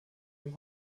dem